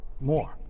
More